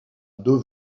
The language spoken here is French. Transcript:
deux